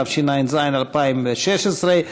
התשע"ז 2016,